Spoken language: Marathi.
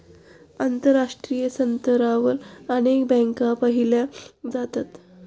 आंतरराष्ट्रीय स्तरावर अनेक बँका पाहिल्या जातात